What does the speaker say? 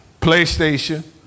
PlayStation